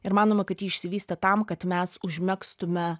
ir manoma kad ji išsivystė tam kad mes užmegztume